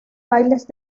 bailes